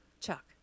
Chuck